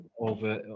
over